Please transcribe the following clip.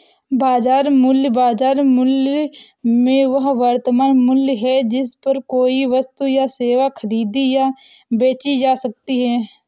बाजार मूल्य, बाजार मूल्य में वह वर्तमान मूल्य है जिस पर कोई वस्तु या सेवा खरीदी या बेची जा सकती है